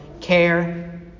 care